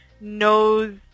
knows